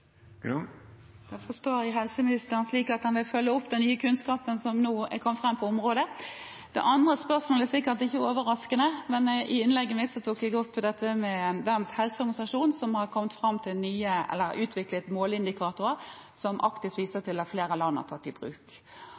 Jeg forstår helseministeren slik at han vil følge opp den nye kunnskapen som nå er kommet fram på området. Det andre spørsmålet er sikkert ikke overraskende, men i innlegget mitt tok jeg opp dette med Verdens helseorganisasjon, som har utviklet måleindikatorer som Actis viser til at flere land har tatt i bruk.